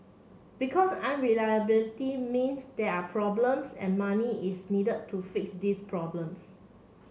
because unreliability mean there are problems and money is need to fix these problems